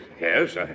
yes